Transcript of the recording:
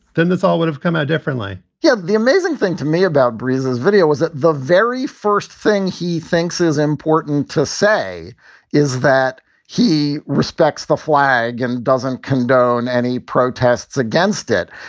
then this all would have come out differently yeah. the amazing thing to me about brisas video was that the very first thing he thinks is important to say is that he respects the flag and doesn't condone any protests against it.